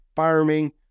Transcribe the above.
Farming